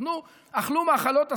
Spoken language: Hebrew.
אז נו, אכלו מאכלות אסורות,